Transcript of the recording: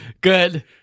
Good